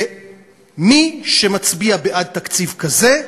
ומי שמצביע בעד תקציב כזה,